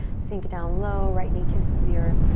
sink down low, right knee kisses the earth.